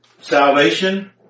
salvation